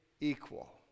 equal